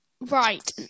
Right